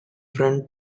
front